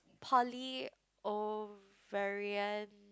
poly ovarian